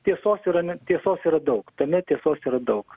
tiesos yra ne tiesos yra daug tame tiesos yra daug